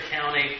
County